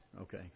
Okay